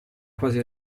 quasi